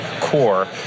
core